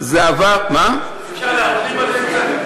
זה עבר, אפשר להרחיב על זה קצת?